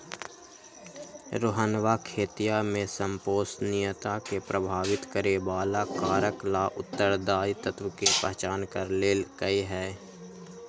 रोहनवा खेतीया में संपोषणीयता के प्रभावित करे वाला कारक ला उत्तरदायी तत्व के पहचान कर लेल कई है